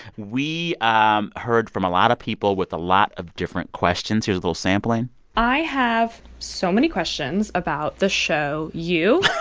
we um heard from a lot of people with a lot of different questions. here's a little sampling i have so many questions about the show you.